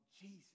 Jesus